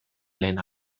lehen